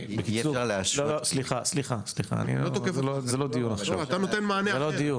זה לא הדיון,